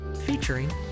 featuring